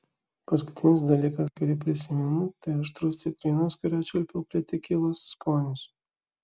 paskutinis dalykas kurį prisimenu tai aštrus citrinos kurią čiulpiau prie tekilos skonis